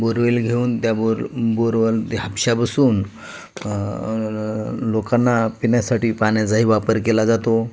borewell घेऊन त्या bore बोरवरती हापश्या पसून लोकांना पिण्यासाठी पाण्याचाही वापर केला जातो